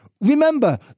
remember